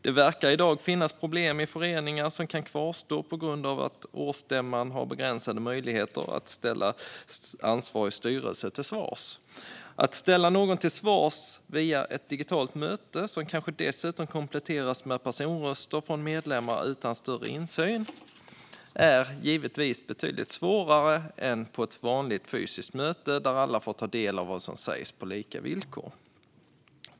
Det verkar i dag finnas problem i föreningar som kan kvarstå på grund av att årsstämman har begränsade möjligheter att ställa styrelsen till svars. Att ställa någon till svars via ett digitalt möte, som kanske dessutom kompletteras med poströster från medlemmar utan större insyn, är givetvis betydligt svårare än att göra det på ett vanligt fysiskt möte där alla får ta del av vad som sägs på lika villkor.